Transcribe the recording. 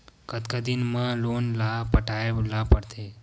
कतका दिन मा लोन ला पटाय ला पढ़ते?